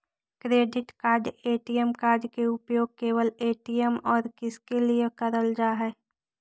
Credit card ATM card के उपयोग केवल ए.टी.एम और किसके के लिए करल जा है?